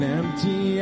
empty